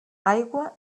aigua